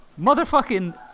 motherfucking